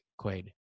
quaid